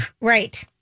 Right